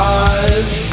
eyes